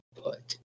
put